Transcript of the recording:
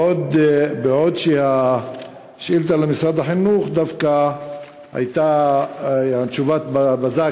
בעוד השאילתה למשרד החינוך דווקא הייתה תשובת בזק,